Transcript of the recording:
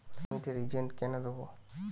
জমিতে রিজেন্ট কেন দেবো?